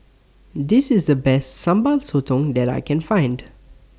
This IS The Best Sambal Sotong that I Can Find